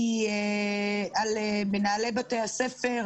היא על מנהלי בתי הספר,